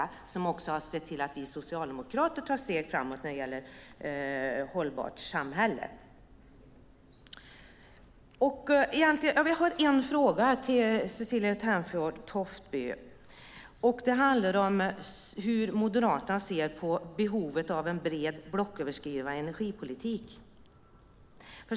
Detta har också sett till att vi socialdemokrater tar steg framåt när det gäller ett hållbart samhälle. Jag har en fråga till Cecilie Tenfjord-Toftby. Den handlar om hur Moderaterna ser på behovet av en bred blocköverskridande energipolitik.